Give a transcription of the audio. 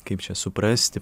kaip čia suprasti